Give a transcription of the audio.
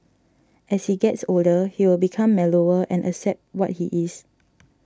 as he gets older he'll become mellower and accept what he is